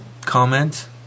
comment